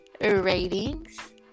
ratings